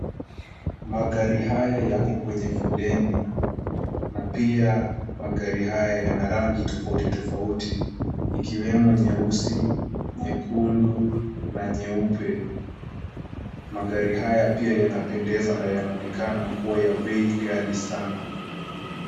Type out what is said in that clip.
Magari haya yako kwenye foleni na pia magari haya yana rangi tofauti tofauti ikiwemo nyeusi ,nyekundu na nyeupe. Magari haya pia yanapendeza na yanaonekana kuwa ya bei ghali sana.